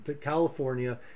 California